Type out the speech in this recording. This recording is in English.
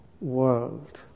world